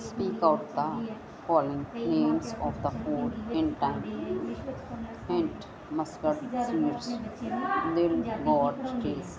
speak out the following names of the pot pintan hint Muscat nil gotsy